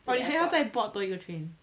but 你还要再 board 多一个 train